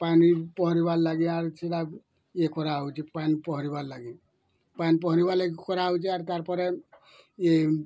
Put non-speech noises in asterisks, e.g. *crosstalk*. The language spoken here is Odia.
ପାନି ପହଁରିବା ଲାଗି *unintelligible* ଇଏ କରାଯାଉଛି ପାନି ପହଁରିବା ଲାଗି ପାନି ପହଁରିବା ଲାଗି କରା ହେଉଛି ଆରୁ ତାପରେ